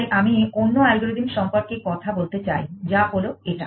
তাই আমি অন্য অ্যালগরিদম সম্পর্কে কথা বলতে চাই যা হল এটা